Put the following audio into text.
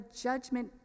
judgment